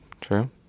True